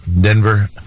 Denver